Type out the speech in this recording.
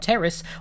Terrace